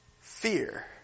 fear